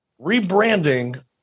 rebranding